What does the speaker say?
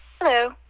Hello